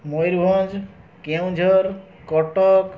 Mayurbhanj Kendujhar Cuttack